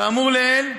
כאמור לעיל,